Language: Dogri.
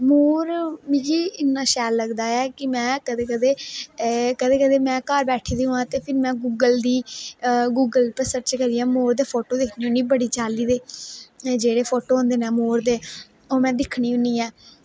मोर मिगी इन्ना शैल लगदा है कि में कदें कदें कंदे कदें में घार बेठी दी होवां ते में गुगल गी गुगल उप्पर सर्च करनी आं मोर दे फोटो दिक्खनी होन्नी बड़ी चाळ्ली दे जेहडे़ फोटो होंदे न मोर दे ओह् में दिक्खनी होन्नी ऐ